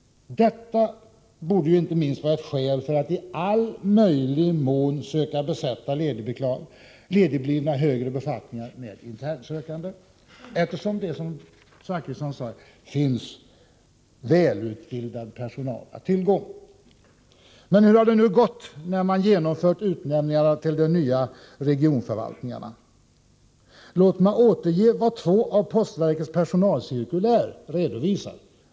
Inte minst detta borde vara ett skäl för att man i all möjlig mån söker besätta ledigblivna högre befattningar med internsökande. Det finns ju, som Bertil Zachrisson sagt, välutbildad personal att tillgå. Men hur har det nu gått med utnämningarna vid de nya regionförvaltningarna? Låt mig återge vad två av postverkets personalcirkulär redovisar.